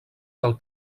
del